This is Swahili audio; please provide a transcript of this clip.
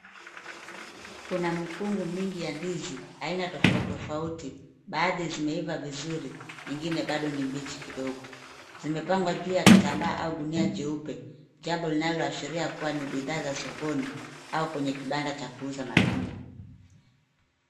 Kuna mikungu mingi ya ndizi aina tofauti tofauti, baadhi zimeiva vizuri, nyingine bado ni mbichi kidogo. Zimepangwa juu ya kitambaa au gunia jeupe, jambo linaloashiria kwamba ni bidhaa za sokoni au kwenye kibanda cha kuuza matunda.